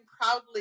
proudly